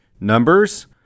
Numbers